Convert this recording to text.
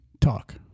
talk